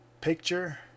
picture